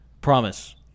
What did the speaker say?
Promise